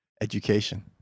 education